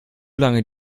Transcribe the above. lange